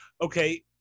okay